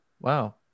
Wow